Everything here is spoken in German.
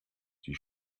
die